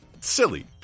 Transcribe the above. Silly